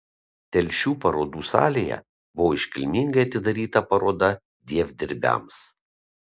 telšių parodų salėje buvo iškilmingai atidaryta paroda dievdirbiams